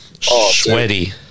Sweaty